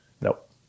Nope